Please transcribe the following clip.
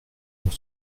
pour